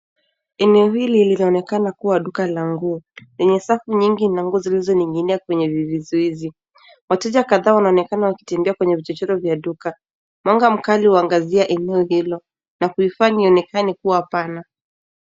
Eneo hili linaonekana kuwa duka la nguo lenye safu nyingi na nguo zilizoning'inia kwenye vizuizi. Wateja kadhaa wanaonekana wakitembea kwenye vichochoro vya duka. Mwanga mkali huangazia eneo hilo na kuifanya ionekane kuwa pana.